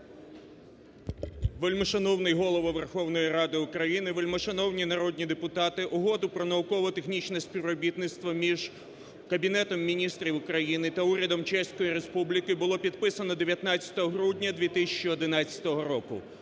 Вельмишановний Голово Верховної Ради України, вельмишановні народні депутати! Угоду про науково-технічне співробітництво між Кабінетом Міністрів України та Урядом Чеської Республіки було підписано 19 грудня 2011 року.